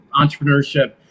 entrepreneurship